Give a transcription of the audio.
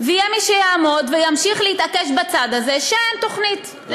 ויהיה מי שיעמוד וימשיך להתעקש בצד הזה שאין תוכנית.